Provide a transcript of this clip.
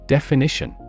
Definition